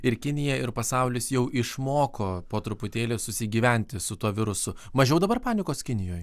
ir kinija ir pasaulis jau išmoko po truputėlį susigyventi su tuo virusu mažiau dabar panikos kinijoj